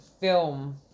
film